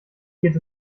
geht